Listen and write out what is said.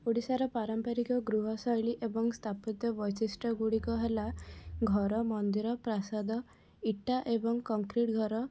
ଓଡ଼ିଶାର ପାରମ୍ପରିକ ଗୃହ ଶୈଳୀ ଏବଂ ସ୍ଥାପିତ ବୈଶିଷ୍ଠ୍ୟ ଗୁଡ଼ିକ ହେଲା ଘର ମନ୍ଦିର ପ୍ରାସାଦ ଇଟା ଏବଂ କଂକ୍ରିଟ୍ ଘର